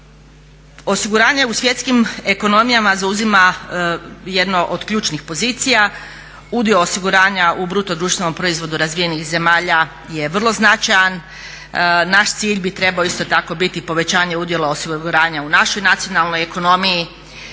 Osiguranje u svjetskim ekonomijama zauzima jedno od ključnih pozicija. Udio osiguranja u BDP-u razvijenih zemalja je vrlo značajan, naš cilj bi trebao isto tako biti povećanje udjela osiguranja u našoj nacionalnoj ekonomiji.